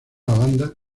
banda